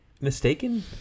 mistaken